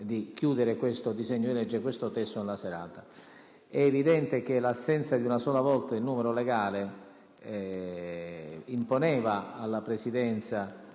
Grazie,